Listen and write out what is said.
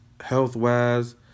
health-wise